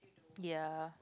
ya